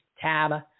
tab